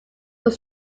were